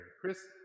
Chris